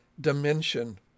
dimension